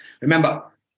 remember